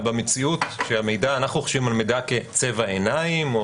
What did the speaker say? במציאות אנחנו חושבים על מידע כצבע עיניים,